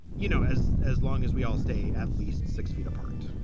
you know, as as long as we all stay at least six feet apart